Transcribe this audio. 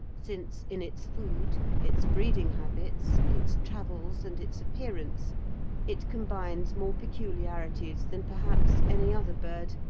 since in its food, its breeding habits, its travels, and its appearance it combines more peculiarities than perhaps any other bird,